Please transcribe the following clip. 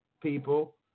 people